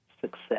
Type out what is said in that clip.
success